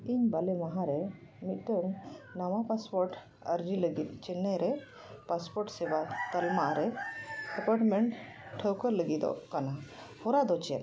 ᱤᱧ ᱵᱟᱞᱮ ᱢᱟᱦᱟ ᱨᱮ ᱢᱤᱫᱴᱟᱹᱱ ᱱᱟᱣᱟ ᱯᱟᱥᱯᱳᱨᱴ ᱟᱨᱡᱤ ᱞᱟᱹᱜᱤᱫ ᱪᱮᱱᱱᱟᱭ ᱨᱮ ᱯᱟᱥᱯᱚᱨᱴ ᱥᱮᱵᱟ ᱯᱚᱨᱤᱢᱟᱱ ᱨᱮ ᱮᱯᱚᱭᱢᱮᱱᱴ ᱴᱷᱟᱹᱶᱠᱟᱹ ᱞᱟᱹᱜᱤᱫᱚᱜ ᱠᱟᱱᱟ ᱦᱚᱨᱟ ᱫᱚ ᱪᱮᱫ